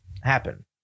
happen